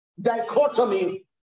dichotomy